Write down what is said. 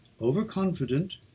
overconfident